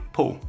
Paul